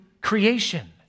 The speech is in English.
creation